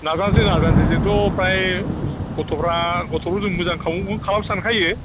नाजानोसै नाजानोसै जोंथ' फ्राय गथ'फ्रा गथ'फोरखौ जों मोजां खालामगौ खालामगोन सानखायो